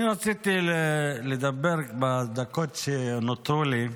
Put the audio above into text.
אני רציתי לדבר, בדקות שנותרו לי,